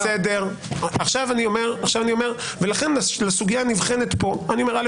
לכן לסוגייה הנבחנת כאן אני אומר,